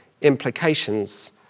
implications